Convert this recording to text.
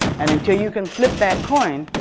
and until you can flip that coin,